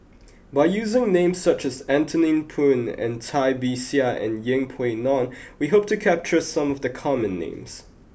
by using names such as Anthony Poon and Cai Bixia and Yeng Pway Ngon we hope to capture some of the common names